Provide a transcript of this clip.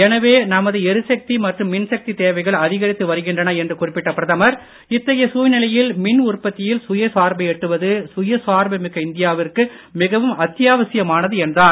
எனவே நமது எரிசக்தி மற்றும் மின்சக்தி தேவைகள் அதிகரித்து வருகின்றன என்று குறிப்பிட்ட பிரதமர் இத்தகைய சூழ்நிலையில் மின் உற்பத்தியில் சுயசார்பை எட்டுவது சுயசார்பு மிக்க இந்தியாவிற்கு மிகவும் அத்தியாவசியமானது என்றார்